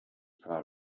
proud